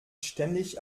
ständig